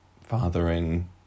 fathering